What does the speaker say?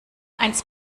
eins